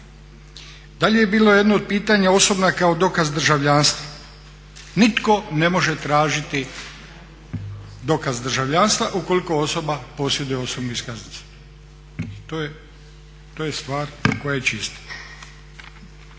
Dalje je bilo jedno od pitanja osobna kao dokaz državljanstva. Nitko ne može tražiti doka državljanstva ukoliko osoba posjeduje osobnu iskaznicu. To je stvar koja je čista.